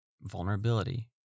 Vulnerability